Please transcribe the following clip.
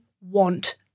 want